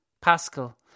Pascal